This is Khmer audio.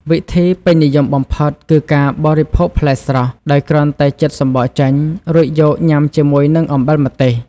វិធីពេញនិយមបំផុតគឺការ បរិភោគផ្លែស្រស់ ដោយគ្រាន់តែចិតសំបកចេញ រួចយកញ៉ាំជាមួយនឹង អំបិលម្ទេស។